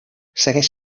segueix